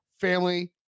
family